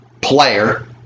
player